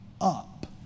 up